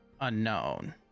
unknown